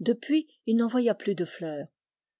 depuis il n'envoya plus de fleurs